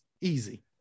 Easy